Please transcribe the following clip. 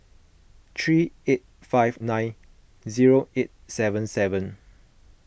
three eight five nine zero eight seven seven